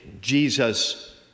Jesus